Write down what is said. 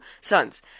sons